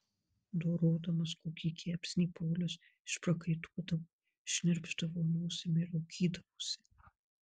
dorodamas kokį kepsnį paulius išprakaituodavo šnirpšdavo nosimi ir raukydavosi